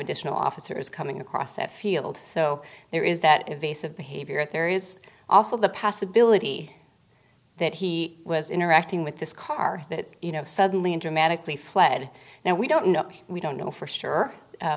additional officers coming across that field so there is that invasive behavior at there is also the possibility that he was interacting with this car that you know suddenly into magically fled now we don't know we don't know for sure